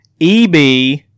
EB